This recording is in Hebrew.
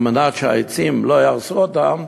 על מנת שהעצים לא יהרסו אותם,